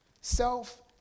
Self